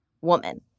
woman